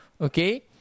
Okay